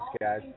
guys